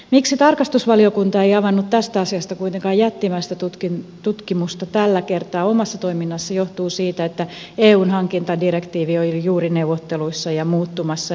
miksi tarkastusvaliokunta ei avannut tästä asiasta kuitenkaan jättimäistä tutkimusta tällä kertaa omassa toiminnassaan johtuu siitä että eun hankintadirektiivi on juuri neuvotteluissa ja muuttumassa